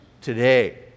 today